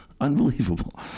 unbelievable